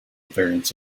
variants